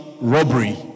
robbery